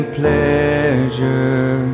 pleasure